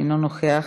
אינו נוכח,